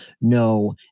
no